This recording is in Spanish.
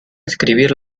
escribir